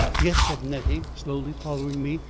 yes, said nettie, slowly following me,